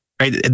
Right